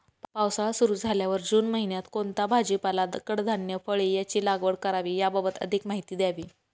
पावसाळा सुरु झाल्यावर जून महिन्यात कोणता भाजीपाला, कडधान्य, फळे यांची लागवड करावी याबाबत अधिक माहिती द्यावी?